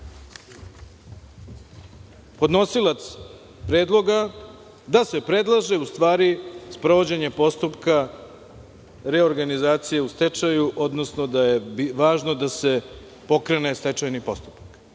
u obrazloženju – da se predlaže sprovođenje postupka reorganizacije u stečaju, odnosno da je važno da se pokrene stečajni postupak.